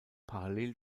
parallel